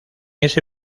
ese